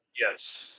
Yes